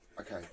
Okay